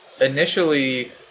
initially